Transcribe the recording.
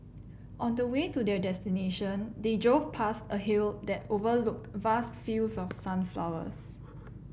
on the way to their destination they drove past a hill that overlooked vast fields of sunflowers